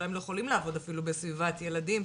והם לא יכולים לעבוד אפילו בסביבת ילדים,